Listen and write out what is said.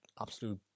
absolute